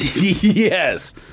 Yes